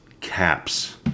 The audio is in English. caps